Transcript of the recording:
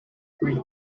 prix